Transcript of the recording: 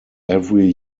every